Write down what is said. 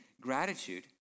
gratitude